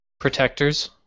Protectors